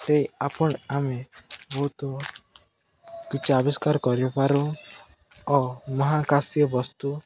ସେ ଆପଣ ଆମେ ବହୁତ କିଛି ଆବିଷ୍କାର କରିପାରୁ ଓ ମହାକାଶୀୟ ବସ୍ତୁ